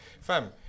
fam